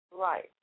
right